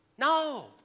No